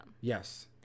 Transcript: Yes